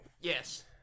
Yes